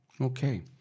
Okay